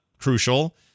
crucial